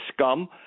scum